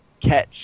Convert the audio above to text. catch